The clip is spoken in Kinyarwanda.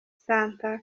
santa